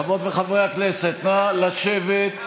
חברות וחברי הכנסת, נא לשבת.